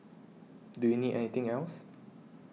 do you need anything else